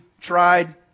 tried